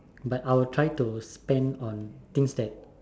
but I will try to spend on things that